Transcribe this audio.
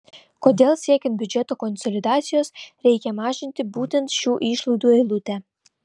kodėl siekiant biudžeto konsolidacijos reikia mažinti būtent šių išlaidų eilutę